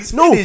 no